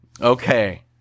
okay